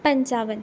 पंचावन